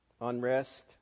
unrest